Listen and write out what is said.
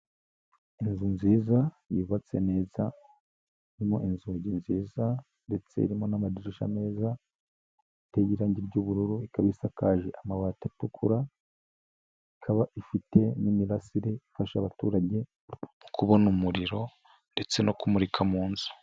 Inzu nziza yubatse neza, irimo inzugi nziza ndetse irimo n'amadirisha meza iteye irangi ry'ubururu, ikaba isakaje amabati atukura, ikaba ifite n'imirasire ifasha abaturage kubona umuriro ndetse no kumurika mu nzu.